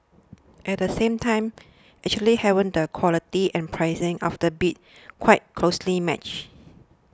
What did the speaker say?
at the same time actually having the quality and pricing of the bids quite closely matched